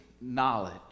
knowledge